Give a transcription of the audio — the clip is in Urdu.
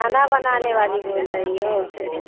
کھانا بنانے والی بول رہی ہو